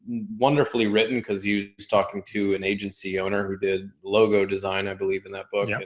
wonderfully written cause you was talking to an agency owner who did logo design, i believe in that book. yeah